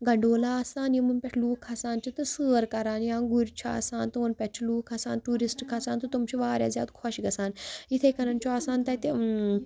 gondola آسان یِمَن پٮ۪ٹھ لُکھ کھَسان چھِ تہٕ سٲر کَران یا گُرۍ چھِ آسان تِمَن پٮ۪ٹھ چھِ لُکھ کھَسان ٹوٗرِسٹ کھَسان تہٕ تِم چھِ واریاہ زیادٕ خۄش گژھان یِتھَے کَنَن چھُ آسان تَتہِ